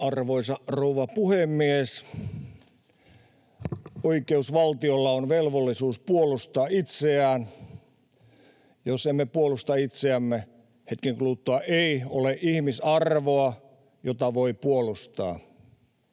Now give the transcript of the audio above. arvoisa rouva puhemies! Oikeusvaltiolla on velvollisuus puolustaa itseään. Jos emme puolusta itseämme, hetken kuluttua ei ole ihmisarvoa, jota voi puolustaa,